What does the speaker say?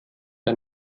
der